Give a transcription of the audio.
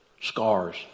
Scars